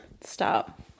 stop